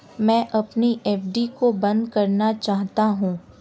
मैं अपनी एफ.डी को बंद करना चाहता हूँ